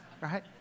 Right